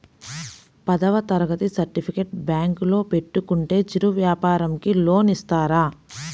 పదవ తరగతి సర్టిఫికేట్ బ్యాంకులో పెట్టుకుంటే చిరు వ్యాపారంకి లోన్ ఇస్తారా?